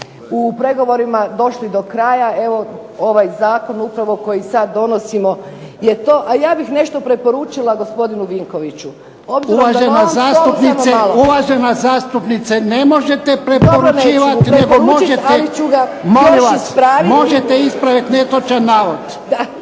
u pregovorima došli do kraja. Ovaj Zakon koji sada donosimo je upravo to. A ja bih nešto preporučila gospodinu Vinkoviću. **Jarnjak, Ivan (HDZ)** Uvažena zastupnice ne možete preporučivati nego možete ispraviti netočan navod.